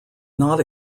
not